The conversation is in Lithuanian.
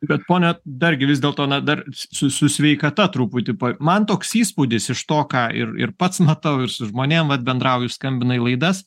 bet pone dargi vis dėlto na dar su su sveikata truputį man toks įspūdis iš to ką ir ir pats matau ir su žmonėm vat bendrauju skambina laidas